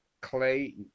Clay